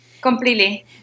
completely